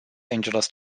angeles